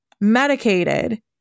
medicated